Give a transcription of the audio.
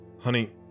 Honey